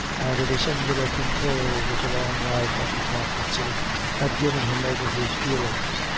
and the singular control which a long life of hypocrisy had given him over his feelings,